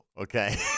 okay